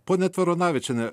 ponia tvaronavičiene